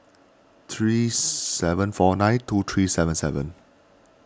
three seven four nine two three seven seven